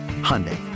Hyundai